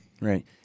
Right